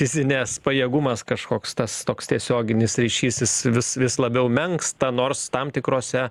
fizinės pajėgumas kažkoks tas toks tiesioginis ryšys jis vis vis labiau menksta nors tam tikrose